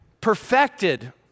perfected